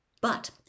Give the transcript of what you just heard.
But